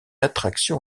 attraction